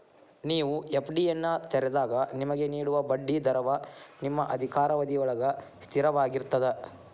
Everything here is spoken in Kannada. ನೇವು ಎ.ಫ್ಡಿಯನ್ನು ತೆರೆದಾಗ ನಿಮಗೆ ನೇಡುವ ಬಡ್ಡಿ ದರವ ನಿಮ್ಮ ಅಧಿಕಾರಾವಧಿಯೊಳ್ಗ ಸ್ಥಿರವಾಗಿರ್ತದ